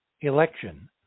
election